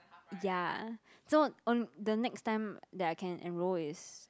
ya so on the next time that I can enroll is